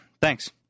Thanks